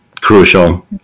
crucial